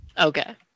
Okay